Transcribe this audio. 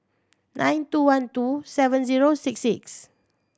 nine two one two seven zero six six